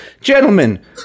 Gentlemen